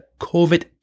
COVID